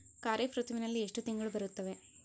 ಖಾರೇಫ್ ಋತುವಿನಲ್ಲಿ ಎಷ್ಟು ತಿಂಗಳು ಬರುತ್ತವೆ?